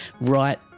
right